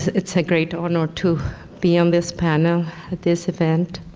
it's a great honor to be on this panel at this event.